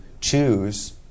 choose